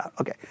okay